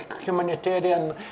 humanitarian